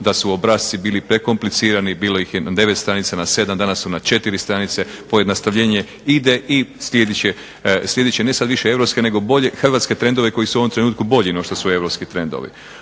da su obrasci bili prekomplicirani, bilo ih je na 9 stranica, na 7, danas su na 4 stranice. Pojednostavljenje ide i slijedit će ne sa više europske nego bolje hrvatske trendove koji su u ovom trenutku bolji nego što su europski trendovi.